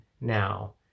now